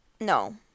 No